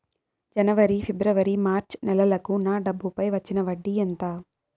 జనవరి, ఫిబ్రవరి, మార్చ్ నెలలకు నా డబ్బుపై వచ్చిన వడ్డీ ఎంత